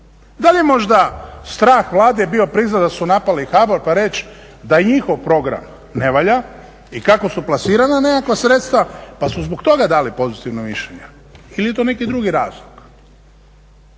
Da li je možda strah Vlade bio priznati da su napali HBOR pa reći da njihov program ne valja i kako su plasirana nekakva sredstva pa su zbog toga dali pozitivno mišljenje ili je to neki drugi razlog?